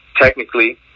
technically